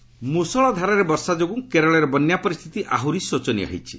flood ମ୍ବଷଳ ଧାରାରେ ବର୍ଷା ଯୋଗୁଁ କେରଳରେ ବନ୍ୟା ପରିସ୍ଥିତି ଆହୁରି ଶୋଚନୀୟ ହୋଇଛି